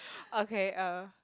okay uh